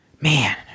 Man